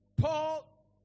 Paul